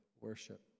worship